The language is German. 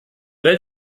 welt